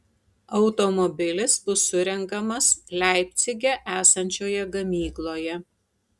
automobilis bus surenkamas leipcige esančioje gamykloje